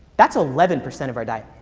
that's eleven percent of our diet.